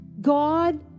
God